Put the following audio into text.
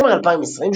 בדצמבר 2020,